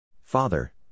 Father